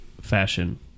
fashion